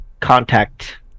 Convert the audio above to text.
contact